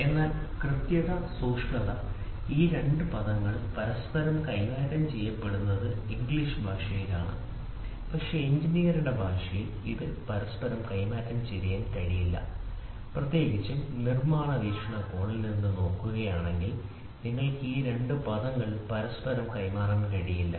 അതിനാൽ കൃത്യത സൂക്ഷ്മത ഈ 2 പദങ്ങൾ പരസ്പരം കൈമാറ്റം ചെയ്യപ്പെടുന്നത് ഇംഗ്ലീഷ് ഭാഷയിലാണ് പക്ഷേ എഞ്ചിനീയറുടെ ഭാഷയിൽ ഇത് പരസ്പരം മാറ്റാൻ കഴിയില്ല പ്രത്യേകിച്ചും നിർമ്മാണ വീക്ഷണകോണിൽ നിന്ന് നോക്കുകയാണെങ്കിൽ നിങ്ങൾക്ക് ഈ 2 പദങ്ങൾ പരസ്പരം കൈമാറാൻ കഴിയില്ല